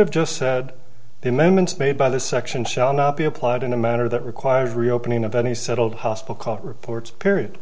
have just said the moment made by this section shall not be applied in a manner that requires reopening of any settled hostile caught reports period